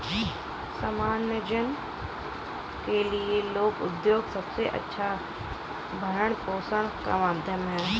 सामान्य जन के लिये लघु उद्योग सबसे अच्छा भरण पोषण का माध्यम है